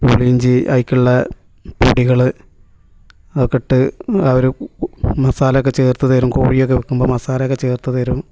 പുളിയിഞ്ചി അതിലേക്കുള്ള പൊടികൾ അതൊക്ക ഇട്ട് അവർ മസാല ഒക്കെ ചേർത്തു തരും കോഴിയോക്കെ വയ്ക്കുമ്പോൾ മസാല ഒക്കെ ചേർത്തു തരും